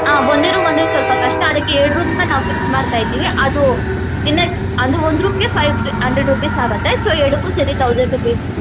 ಹಾಂ ಒಂದೇ ರೂಮ್ ಅಂದರೆ ಸ್ವಲ್ಪ ಕಷ್ಟ ಅದಕ್ಕೆ ಎರಡು ರೂಮನ್ನ ನಾವು ಫಿಕ್ಸ್ ಮಾಡ್ತಾ ಇದ್ದೀವಿ ಅದು ದಿನ ಅದು ಒಂದು ರೂಮ್ಗೆ ಫೈವ್ ಡ್ ಹಂಡ್ರೆಡ್ ರುಪೀಸ್ ಆಗತ್ತೆ ಸೊ ಎರಡಕ್ಕೂ ಸೇರಿ ಥೌಸಂಡ್ ರುಪೀಸ್